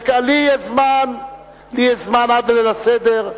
לי יש זמן עד ליל הסדר.